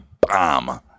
bomb